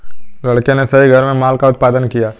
लड़के ने सही घर में माल का उत्पादन किया